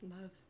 Love